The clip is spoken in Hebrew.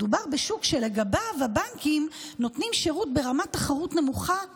מדובר בשוק שלגביו הבנקים נותנים שירות ברמת תחרות נמוכה במיוחד.